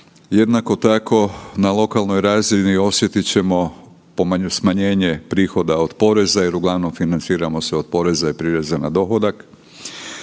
Jednako tako na lokalnoj razini osjetit ćemo smanjenje prihoda od poreza jer uglavnom financiramo se od poreza i prireza na dohodak.